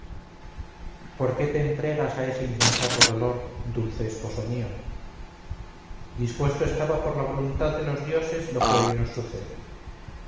por qué te entregas a ese insensato dolor dulce esposo mío dispuesto estaba por la voluntad de los dioses lo que hoy nos sucede